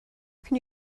can